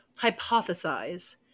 hypothesize